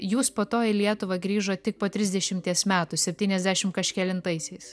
jūs po to į lietuvą grįžot tik po trisdešimties metų septyniasdešim kažkelintaisiais